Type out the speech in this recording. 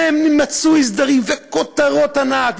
ומצאו אי-סדרים, וכותרות ענק.